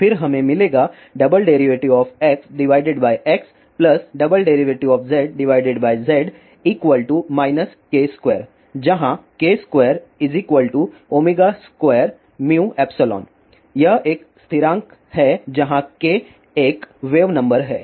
फिर हमें मिलेगा XXZZ k2 जहाँ k22μϵ यह एक स्थिरांक है जहां k एक वेव नंबर है